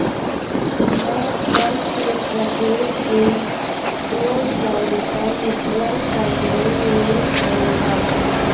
मैं कल से प्रत्येक दिन दो सौ रुपए म्यूचुअल फ़ंड में निवेश करूंगा